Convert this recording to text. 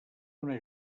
una